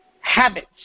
habits